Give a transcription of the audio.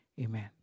Amen